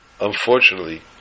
Unfortunately